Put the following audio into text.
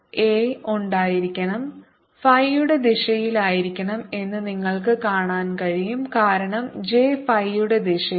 A ഉണ്ടായിരിക്കണം ഫൈയുടെ ദിശയിലായിരിക്കണം എന്ന് നിങ്ങൾക്ക് കാണാൻ കഴിയും കാരണം ജെ ഫൈയുടെ ദിശയിലാണ്